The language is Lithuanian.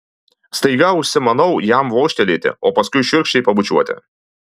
staiga užsimanau jam vožtelėti o paskui šiurkščiai pabučiuoti